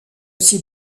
aussi